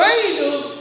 angels